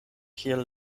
kiel